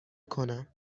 کنم